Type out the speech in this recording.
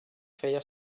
feia